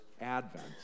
advent